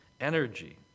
energy